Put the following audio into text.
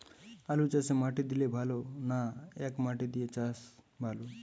আলুচাষে মাটি দিলে ভালো না একমাটি দিয়ে চাষ ভালো?